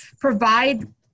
provide